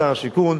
שר השיכון,